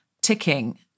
ticking